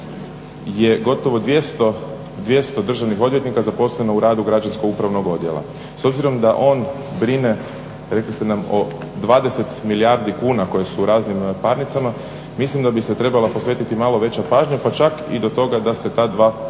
je gotovo 200 državnih odvjetnika zaposleno u radu građansko-upravnog odjela. S obzirom da on brine rekli ste nam o 20 milijardi kuna koje su u raznim parnicama mislim da bi se trebala posvetiti malo veća pažnja pa čak i do toga da se ta dva odjela